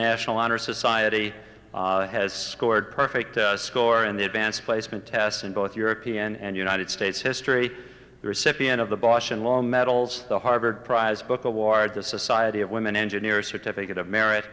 national honor society has scored perfect score in the advanced placement test in both european and united states history the recipient of the boston law medals the harvard prize book award the society of women engineers certificate of merit